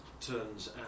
turns